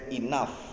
enough